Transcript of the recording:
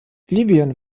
libyen